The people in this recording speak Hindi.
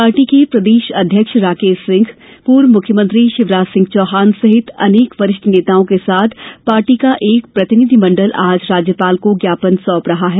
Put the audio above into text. पार्टी के प्रदेश अध्यक्ष राकेश सिंह पूर्व मुख्यमंत्री शिवराज सिंह चौहान सहित अनेक वरिष्ठ नेताओं के साथ पार्टी का एक प्रतिनिधिमंडल आज राज्यपाल को ज्ञापन सौंप रहे हैं